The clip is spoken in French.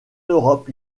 europe